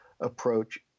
approach